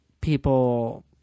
people